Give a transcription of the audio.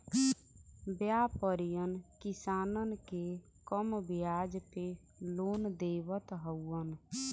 व्यापरीयन किसानन के कम बियाज पे लोन देवत हउवन